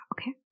okay